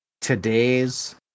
today's